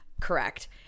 Correct